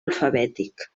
alfabètic